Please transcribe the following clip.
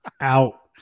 Out